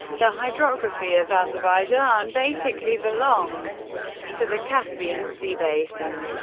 the hydrography of azerbaijan basically belongs to the caspian sea basin.